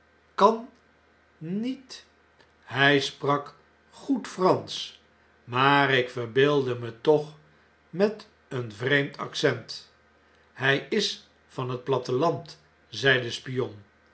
kan niet hjj sprak goed fransch maar ik verbeeldde me toch met een vreemd accent b hjj is van het platteland zei de spion